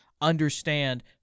understand